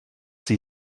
sie